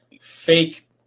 fake